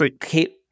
Kate